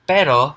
Pero